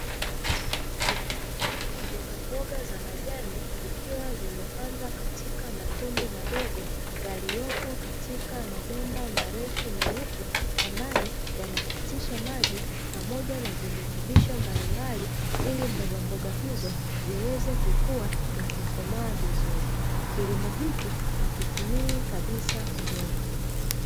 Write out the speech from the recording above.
Mbogamboga za majani zikiwa zimepandwa katika matundu madogo yaliyopo katika mabomba marefu meupe ambayo yanapitisha maji pamoja na virutubisho mbalimbali ili mbogamboga hizo ziweze kukua na kukomaa vizuri, kilimo hiki hakitumii kabisa udongo.